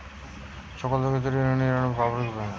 সরকার থিকে চালানো Indian bank একটা পাবলিক ব্যাঙ্ক